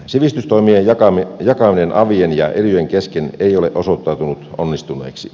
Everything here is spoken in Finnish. sivistystoimien jakaminen avien ja elyjen kesken ei ole osoittautunut onnistuneeksi